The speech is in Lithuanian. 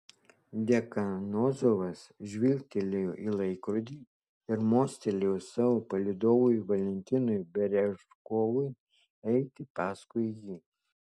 dekanozovas žvilgtelėjo į laikrodį ir mostelėjo savo palydovui valentinui berežkovui eiti paskui jį